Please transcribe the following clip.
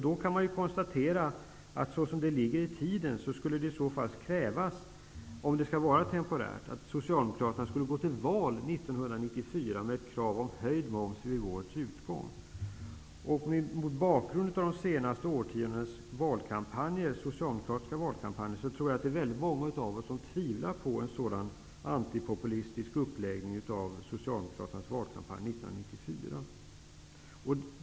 Då kan vi konstatera att så som det ligger i tiden skulle det i så fall krävas, om det skall vara temporärt, att Socialdemokraterna skulle gå till val Mot bakgrund av de senaste årtiondenas socialdemokratiska valkampanjer tror jag att det är väldigt många av oss som tvivlar på en sådan antipopulistisk uppläggning av Socialdemokraternas valkampanj 1994.